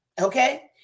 Okay